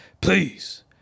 please